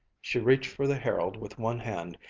she reached for the herald with one hand,